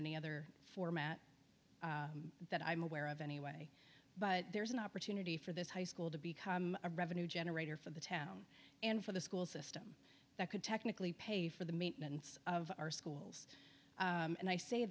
any other format that i'm aware of anyway but there is an opportunity for this high school to become a revenue generator for the town and for the school system that could technically pay for the maintenance of our schools and i say